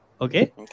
Okay